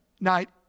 night